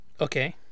Okay